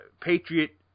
Patriot